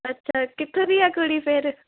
ਅੱਛਾ ਕਿਥੋਂ ਦੀ ਆ ਕੁੜੀ ਫਿਰ